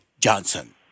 Johnson